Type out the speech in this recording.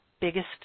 biggest